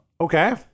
Okay